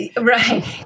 Right